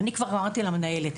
אני אמרתי למנהלת,